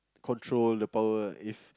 control the power if